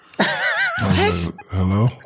hello